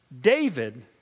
David